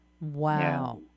wow